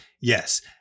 Yes